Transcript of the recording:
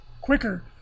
quicker